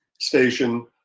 station